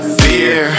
fear